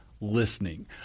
listening